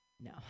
No